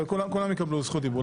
כולם יקבלו זכות דיבור.